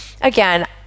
again